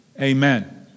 Amen